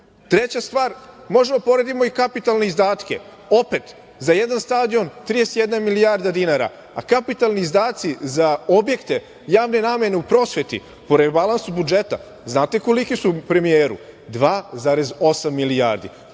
stvar, možemo da poredimo i kapitalne izdatke, opet za jedan stadion 31 milijarda dinara, a kapitalni izdaci za objekte javne namene u prosveti, po rebalansu budžeta, znate kolike su premijeru? Dva zarez